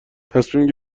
تصمیم